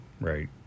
Right